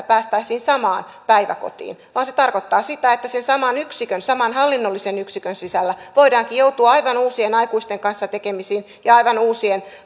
päästäisiin samaan päiväkotiin vaan se tarkoittaa sitä että sen saman yksikön saman hallinnollisen yksikön sisällä voidaankin joutua aivan uusien aikuisten kanssa tekemisiin ja aivan uusien